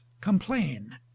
COMPLAIN